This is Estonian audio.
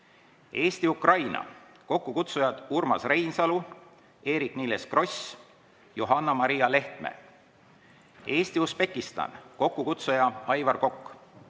Eesti-Ukraina, kokkukutsujad Urmas Reinsalu, Eerik-Niiles Kross, Johanna-Maria Lehtme; Eesti-Usbekistan, kokkukutsuja Aivar Kokk;